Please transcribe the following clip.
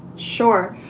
sure.